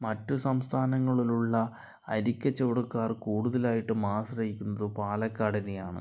മറ്റ് സംസ്ഥാനങ്ങളിലുള്ള അരി കച്ചവടക്കാർ കൂടുതലായിട്ടും ആശ്രയിക്കുന്നത് കഴിക്കുന്നത് പാലക്കാടിനെയാണ്